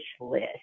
list